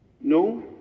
No